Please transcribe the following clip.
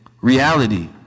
reality